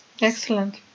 Excellent